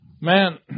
man